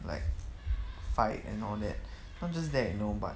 like fight and all that not just that you know but